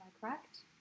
correct